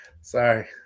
Sorry